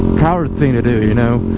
coward thing to do you know